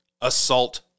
assault